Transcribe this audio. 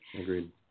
Agreed